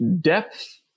depth